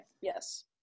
yes